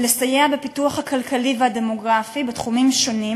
ולסייע בפיתוח הכלכלי והדמוגרפי בתחומים שונים,